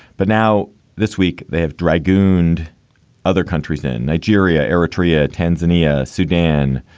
but now this week, they have dragooned other countries in nigeria, eritrea, tanzania, sudan,